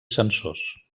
sensors